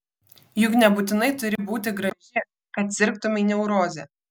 juk nebūtinai turi būti graži kad sirgtumei neuroze